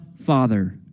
Father